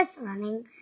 running